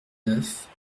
neuf